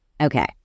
Okay